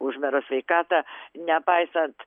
už mero sveikatą nepaisant